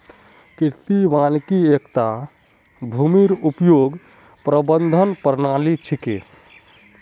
कृषि वानिकी एकता भूमिर उपयोग प्रबंधन प्रणाली छिके